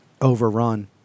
overrun